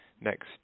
next